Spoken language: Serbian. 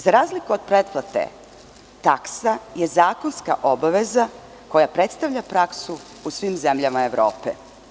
Za razliku od pretplate, taksa je zakonska obaveza koja predstavlja praksu u svim zemljama Evrope.